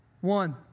One